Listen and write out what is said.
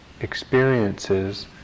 experiences